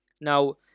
now